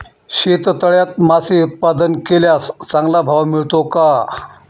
शेततळ्यात मासे उत्पादन केल्यास चांगला भाव मिळतो का?